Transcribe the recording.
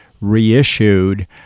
reissued